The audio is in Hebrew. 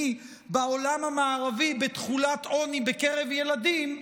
בעולם המערבי בתחולת עוני בקרב ילדים,